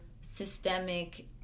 systemic